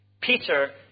Peter